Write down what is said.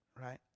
right